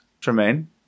Tremaine